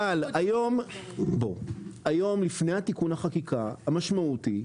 אבל היום לפני תיקון החקיקה המשמעות היא,